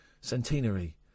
Centenary